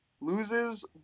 loses